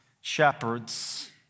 shepherds